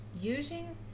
using